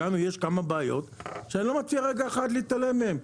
יש לנו כמה בעיות שאני לא מציע להתעלם מהם: